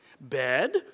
Bed